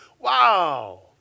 Wow